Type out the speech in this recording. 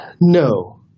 No